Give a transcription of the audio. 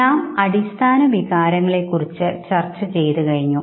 നാം അടിസ്ഥാന വികാരങ്ങളെ കുറിച്ച് ചർച്ച ചെയ്തു കഴിഞ്ഞു